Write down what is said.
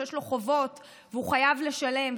שיש לו חובות והוא חייב לשלם,